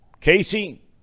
Casey